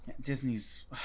Disney's